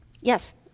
yes